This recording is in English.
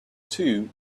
two